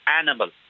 animal